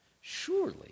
Surely